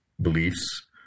beliefs